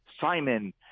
Simon